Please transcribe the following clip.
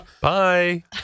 Bye